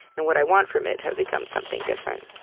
and what i want from it, has become something different.